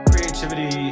Creativity